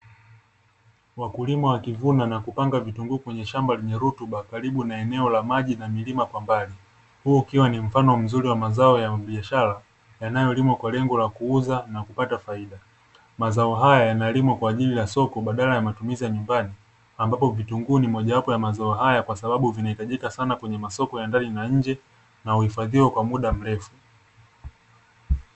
Wakulima wakivuna na kupanga vitunguu kwenye shamba lenye rutuba karibu na eneo la maji na milima kwa mbali, huu ukiwa ni mfano mzuri wa mazao ya biashara yanayolimwa kwa lengo la kuuza na kupata faida mazao haya yanalimwa kwa ajili ya soko badala ya matumizi ya nyumbani ambapo vitunguu ni mojawapo ya mazao haya kwa sababu vinahitajika sana kwenye masoko ya ndani na nje na uhifadhiwe kwa muda mrefu.